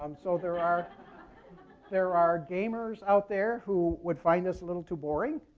um so there are there are gamers out there who would find this a little too boring,